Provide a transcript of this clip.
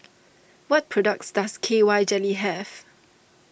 what products does K Y Jelly have